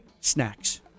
snacks